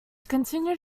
continued